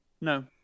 No